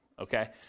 okay